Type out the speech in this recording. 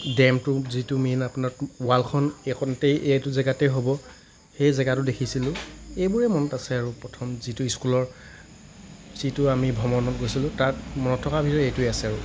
ডেম্পটো যিটো মেইন আপোনাৰ ওৱালখন এইকনতেই এইটো জেগাতেই হ'ব সেই জেগাটো দেখিছিলোঁ এইবোৰে মনত আছে আৰু প্ৰথম যিটো স্কুলৰ যিটো আমি ভ্ৰমণত গৈছিলোঁ তাত মনত থকা ভিতৰত এইটোৱে আছে আৰু